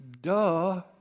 duh